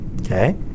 okay